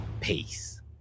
Peace